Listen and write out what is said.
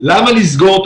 למה לסגור?